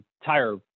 entire